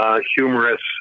humorous